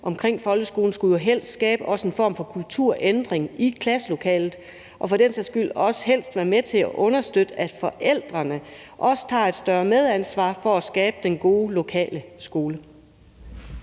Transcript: omkring folkeskolen, også vil skabe en form for kulturændring i klasselokalet og for den sags skyld være med til at understøtte, at forældrene også tager et større medansvar for at skabe den gode lokale skole;